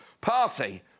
party